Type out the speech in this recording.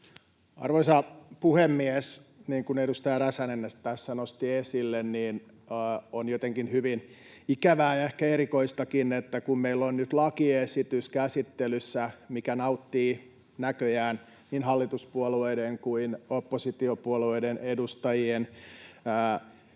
Arvoisa puhemies! Niin kuin edustaja Räsänen tässä nosti esille, on jotenkin hyvin ikävää ja ehkä erikoistakin, että kun meillä on nyt käsittelyssä lakiesitys, mitä näköjään pidetään hyvänä sekä hallituspuolueiden että opposition edustajien